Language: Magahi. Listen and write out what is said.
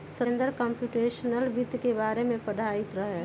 सतेन्दर कमप्यूटेशनल वित्त के बारे में पढ़ईत रहन